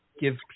give